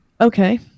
Okay